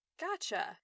Gotcha